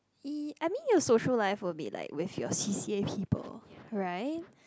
ee I mean your social life will be like with your C_C_A people right